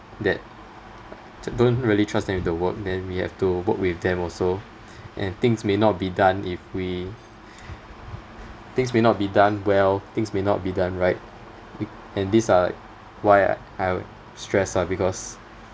that don't really trust them with the work then we have to work with them also and things may not be done if we things may not be done well things may not be done right be~ and these are like why I I would stress lah because